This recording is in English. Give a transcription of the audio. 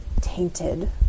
tainted